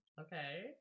Okay